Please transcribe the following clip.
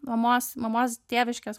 mamos mamos tėviškės